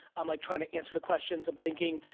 i'm like trying to answer the questions, i'm thinking,